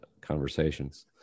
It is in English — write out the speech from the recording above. conversations